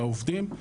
של העובדים.